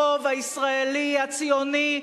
הרוב הישראלי הציוני,